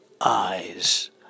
eyes